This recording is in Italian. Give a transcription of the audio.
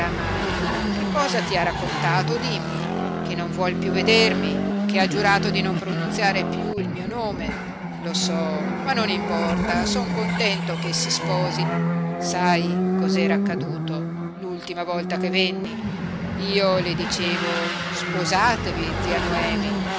mai che cosa ti ha raccontato dimmi che non vuol piú vedermi che ha giurato di non pronunziare piú il mio nome lo so ma non importa son contento che si sposi sai cos'era accaduto l'ultima volta che venni io le dicevo sposatevi zia noemi